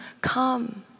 come